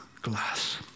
glass